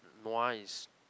nua is